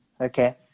Okay